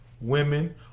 women